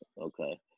Okay